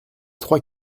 trois